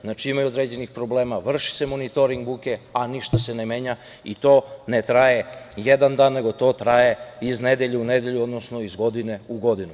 Znači, imaju određenih problema, vrši se monitoring buke, a ništa se ne menja i to ne traje jedan dan, nego to traje iz nedelje u nedelju, odnosno iz godine u godinu.